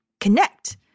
connect